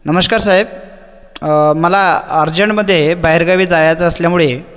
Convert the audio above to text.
नमस्कार साहेब मला अर्जंटमधे बाहेर गावी जायचं असल्यामुळे